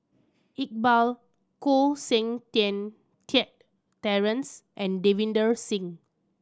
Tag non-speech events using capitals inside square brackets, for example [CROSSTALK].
Iqbal Koh Seng [UNINTELLIGIBLE] Kiat Terence and Davinder Singh